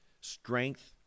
strength